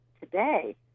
today